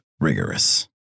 rigorous